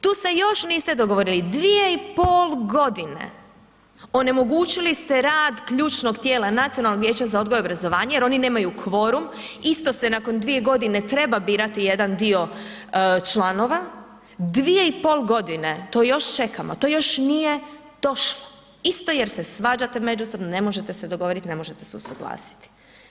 Tu se još niste dogovorili, 2,5 g. onemogućili ste rad ključnog tijela, Nacionalnog vijeća za odgoj i obrazovanje jer oni nemaju kvorum, isto se nakon 2 g. treba birati jedan dio članova, 2,5 g., to još čekamo, to još nije došlo isto jer se svađate međusobno, ne možete se dogovorit, ne možete se usuglasiti.